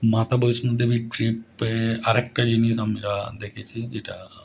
মাতা বৈষ্ণোদেবী ট্রিপে আর একটা জিনিস আমরা দেখেছি যেটা